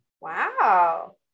Wow